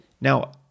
Now